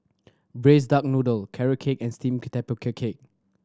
Braised Duck Noodle Carrot Cake and steamed tapioca cake